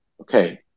Okay